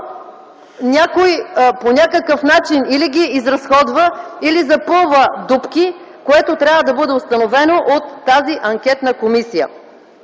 някой по някакъв начин или ги изразходва, или запълва дупки, което трябва да бъде установено от тази анкетна комисия.